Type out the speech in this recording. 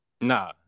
Nah